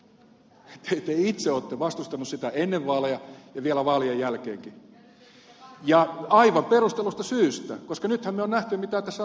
te itse olette vastustanut sitä ennen vaaleja ja vielä vaalien jälkeenkin ja aivan perustellusta syystä koska nythän me olemme nähneet mitä tässä on tapahtunut